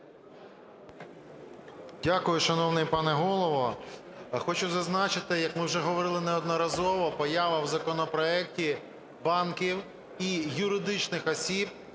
Дякую, шановний пане Голово. Хочу зазначити, як ми вже говорили неодноразово, поява в законопроекті банків і юридичних осіб,